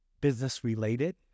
business-related